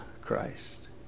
Christ